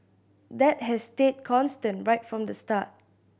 that has stayed constant right from the start